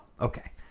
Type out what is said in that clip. okay